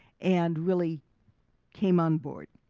and really came on board.